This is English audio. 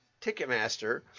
Ticketmaster